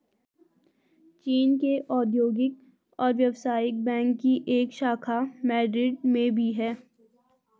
चीन के औद्योगिक और व्यवसायिक बैंक की एक शाखा मैड्रिड में भी है